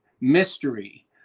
mystery